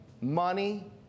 money